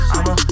I'ma